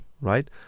right